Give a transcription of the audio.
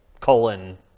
colon